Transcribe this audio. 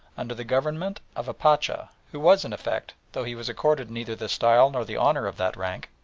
under the government of a pacha, who was in effect, though he was accorded neither the style nor the honour of that rank,